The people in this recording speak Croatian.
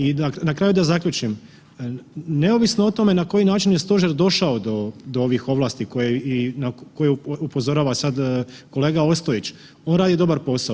I na kraju da zaključim, neovisno o tome na koji način je Stožer došao do ovih ovlasti na koje upozorava kolega Ostojić, on radi dobar posao.